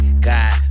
God